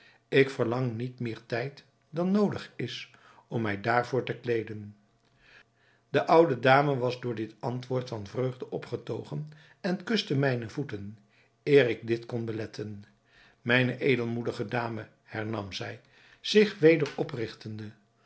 ik verlang niet meer tijd dan noodig is om mij daarvoor te kleeden de oude dame was door dit antwoord van vreugde opgetogen en kuste mijne voeten eer ik dit kon beletten mijne edelmoedige dame hernam zij zich